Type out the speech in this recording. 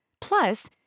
plus